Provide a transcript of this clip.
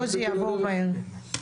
פה זה יעבור מהר.